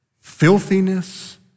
filthiness